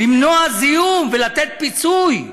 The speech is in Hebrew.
למנוע זיהום ולתת פיצוי,